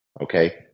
Okay